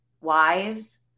wives